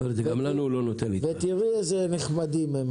הרשות להגנת הצרכן, השלימי את דברייך בנחת.